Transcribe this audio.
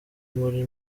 muri